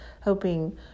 hoping